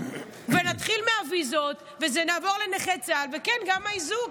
נתחיל מהוויזות, נעבור לנכי צה"ל, וכן, גם האיזוק.